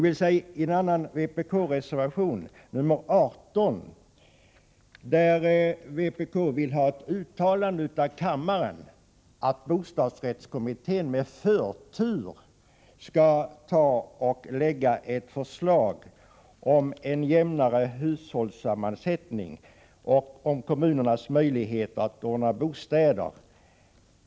I en annan vpk-reservation, nr 18, begär vpk ett uttalande av kammaren att bostadsrättskommittén med förtur skall lägga fram ett förslag om en jämnare hushållssammansättning och om kommunernas möjligheter att ordna bostäder.